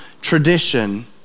tradition